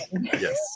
Yes